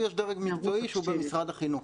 ויש דרג מקצועי שהוא במשרד החינוך.